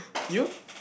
you